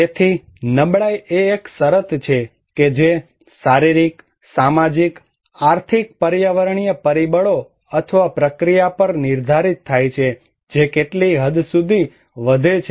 તેથી નબળાઈ એ એક શરત છે કે જે શારીરિક સામાજિક આર્થિક પર્યાવરણીય પરિબળો અથવા પ્રક્રિયા દ્વારા નિર્ધારિત થાય છે જે કેટલી હદ સુધી વધે છે